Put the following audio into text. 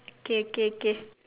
K K K